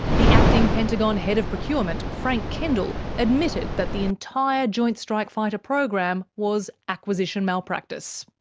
the acting pentagon head of procurement, frank kendall, admitted that the entire joint strike fighter program was acquisition malpractice.